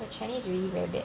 your chinese really very bad